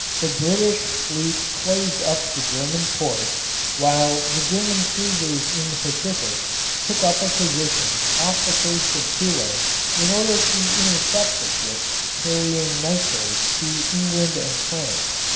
the british fleet closed up the german ports while the german cruisers in the pacific took up a position off the coast of chile in order to intercept the ships carrying nitrates to england and france.